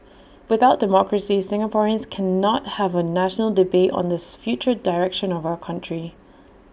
without democracy Singaporeans cannot have A national debate on this future direction of our country